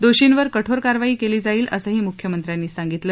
दोषींवर कठोर कारवाई केली जाईल असंही मुख्यमंत्र्यांनी सांगितलं